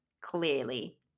clearly